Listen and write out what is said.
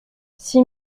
six